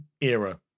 era